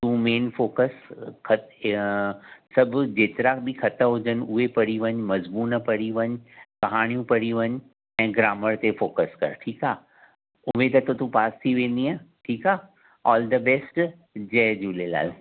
main focus ख़तु या सभ जेतिरा बि ख़त हुजनि उहे पढ़ी वञ मज़मून पढ़ी वञ कहाणियूं पढ़ी वञ ऐं ग्रामर ते फ़ोकस कर ठीकु आहे उहे त तूं पास थी वेंदीअ ठीकु आहे ऑल द बेस्ट जय झूलेलाल